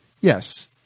Yes